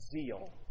zeal